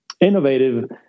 innovative